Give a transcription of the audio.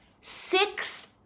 six